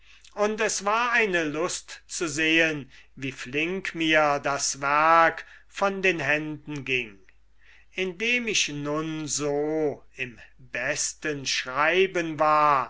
und es war eine lust zu sehen wie mir das werk von den händen ging indem ich nun so im besten schreiben war